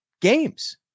games